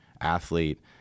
athlete